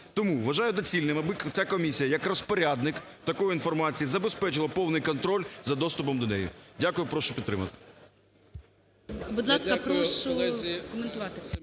Тому вважаю доцільним, аби ця комісія як розпорядник такої інформації забезпечила повний контроль за доступом до неї. Дякую. Прошу підтримати.